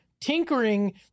Tinkering